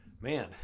man